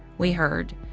we heard,